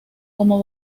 cómo